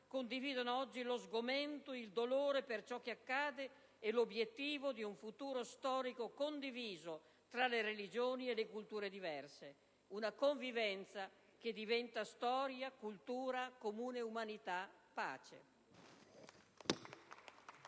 condividono oggi lo sgomento, il dolore per ciò che accade e l'obiettivo di un futuro storico condiviso tra le religioni e le culture diverse. Una convivenza che diventa storia, cultura, comune umanità, pace.